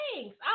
thanks